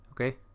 okay